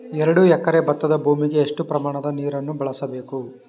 ಎರಡು ಎಕರೆ ಭತ್ತದ ಭೂಮಿಗೆ ಎಷ್ಟು ಪ್ರಮಾಣದ ನೀರನ್ನು ಬಳಸಬೇಕು?